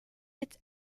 its